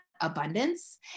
abundance